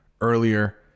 earlier